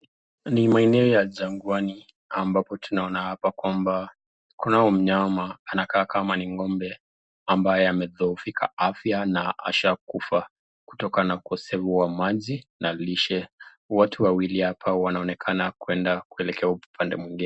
Ni maeneo ya jangwani ambapo tunaona hapa kwamba kuna huyo mnyama anakaa kama ni ng'ombe ambaye amedhoofika afya na ashakufa kutokana na ukosefu wa maji na lishe. Watu wawili hapa wanaonekana kwenda kuelekea upande mwingine.